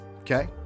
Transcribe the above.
okay